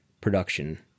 production